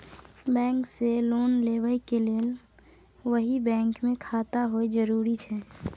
Bank से loan लेबै के लेल वही बैंक मे खाता होय जरुरी छै?